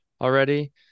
already